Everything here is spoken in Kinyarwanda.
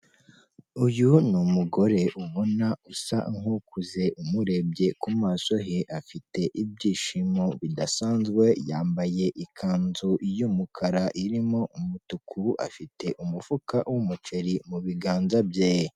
Uyu ni umugore ubona usa nk'ukuze umurebye ku maso he, afite ibyishimo bidasanzwe, yambaye ikanzu y'umukara, irimo umutuku, afite umufuka w'umuceri muganza bye.